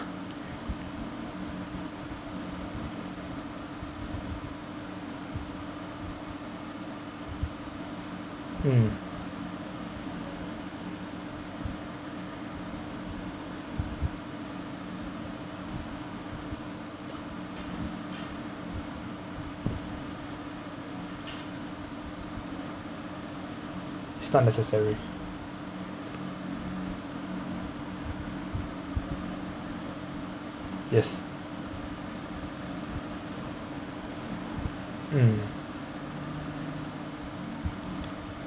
mm start necessary yes mm